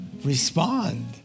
Respond